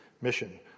mission